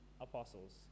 apostles